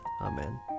Amen